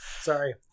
sorry